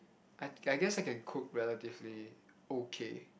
I I guess I can cook relatively okay